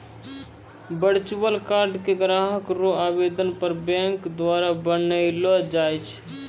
virtual card के ग्राहक रो आवेदन पर बैंक द्वारा बनैलो जाय छै